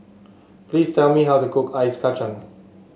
please tell me how to cook Ice Kacang